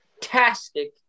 fantastic